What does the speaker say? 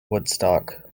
woodstock